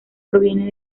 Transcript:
proviene